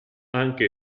anche